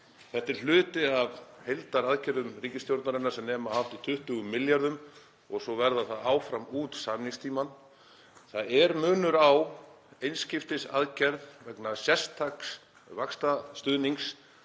Þetta er hluti af heildaraðgerðum ríkisstjórnarinnar sem nema hátt í 20 milljörðum og svo verður það áfram út samningstímann. Það er munur á einskiptisaðgerð vegna sérstaks vaxtastuðnings